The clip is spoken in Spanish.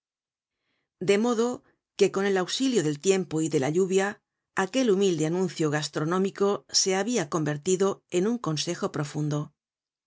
de modo que con el auxilio del tiempo y de la lluvia aquel humilde anuncio gastronómico se habia convertido en un consejo profundo